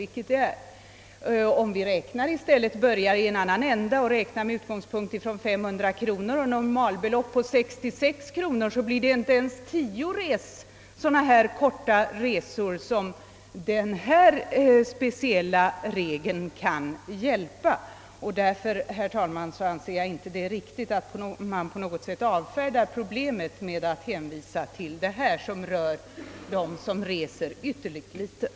Men om man börjar i en annan ända och räknar med utgångspunkt från 500 kronor och normalbelopp på 66 kronor, så kommer inte ens de korta resorna att omfattas av regeln. Därför anser jag, herr talman, att det inte alls går att avfärda problemet med en hänvisning till denna regel, som gäller dem som reser ytterst litet.